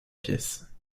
pièce